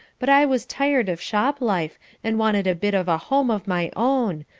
but i was tired of shop life and wanted a bit of a home of my own,